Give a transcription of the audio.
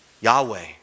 Yahweh